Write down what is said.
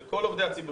של כל עובדי הציבור,